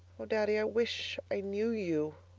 oh, daddy, i wish i knew you!